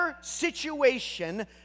situation